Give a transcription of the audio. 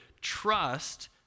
Trust